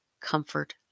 comfort